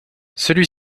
celui